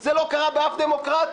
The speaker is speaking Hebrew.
זה לא קרה באף דמוקרטיה.